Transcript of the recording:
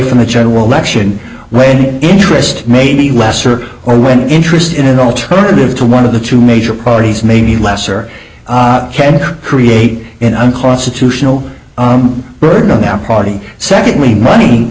from the general election when interest may be lesser or when interest in an alternative to one of the two major parties maybe less or not can create an unconstitutional burden on our party secondly money